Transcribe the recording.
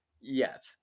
yes